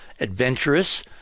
adventurous